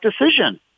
decision